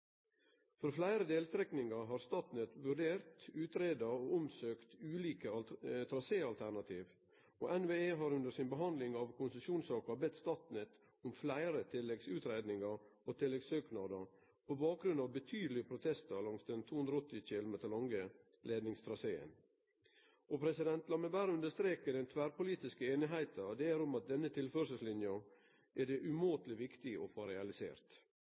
For fleire delstrekningar har Statnett vurdert, utgreidd og omsøkt ulike traséalternativ. NVE har under si behandling av konsesjonssaka bedt Statnett om fleire tilleggsutgreiingar og tilleggsøknader på bakgrunn av betydelege protestar langs den 280 km lange leidningstraseen. Lat meg berre understreke den tverrpolitiske einigheita det er om at denne tilførselslinja er det umåteleg viktig å få realisert.